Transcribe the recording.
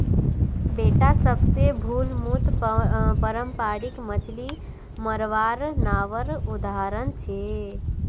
बेडा सबसे मूलभूत पारम्परिक मच्छ्ली मरवार नावर उदाहरण छे